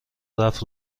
رفت